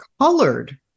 colored